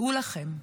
דעו לכם,